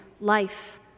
life